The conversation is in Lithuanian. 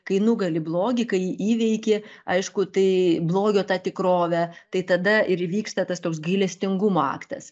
kai nugali blogį kai jį įveiki aišku tai blogio tą tikrovę tai tada ir įvyksta tas toks gailestingumo aktas